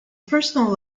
personal